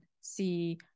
see